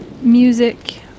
Music